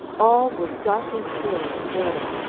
all was dark and still in the corridor,